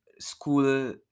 school